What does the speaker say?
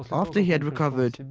after he had recovered,